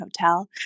hotel